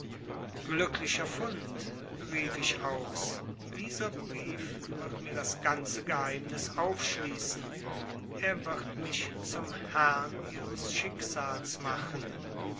glücklicher fund rief ich aus dieser brief wird mir das ganze geheimnis aufschließen er wird mich zum herrn ihres schicksals machen